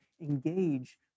engage